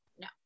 no